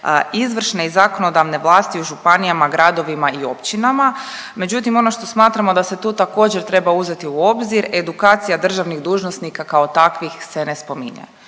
izvršne i zakonodavne vlasti u županijama, gradovima i općinama, međutim, ono što smatramo da se tu također, treba uzeti u obzir, edukacija državnih dužnosnika kao takvih se ne spominje.